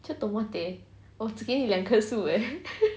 我只给你两棵树 eh